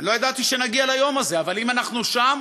אני לא ידעתי שנגיע ליום הזה, אבל אם אנחנו שם,